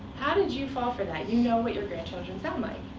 how did you fall for that? you know what your grandchildren sound like.